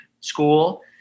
school